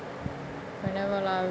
whatever lah